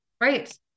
Right